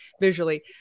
visually